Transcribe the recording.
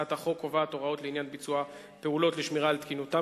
הצעת החוק קובעת הוראות לעניין ביצוע פעולות לשמירה על תקינותם